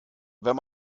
wenn